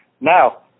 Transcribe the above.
Now